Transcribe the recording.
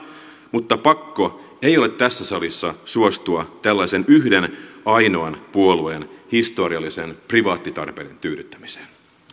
mutta pakko ei ole tässä salissa suostua tällaisen yhden ainoan puolueen historiallisen privaattitarpeen tyydyttämiseen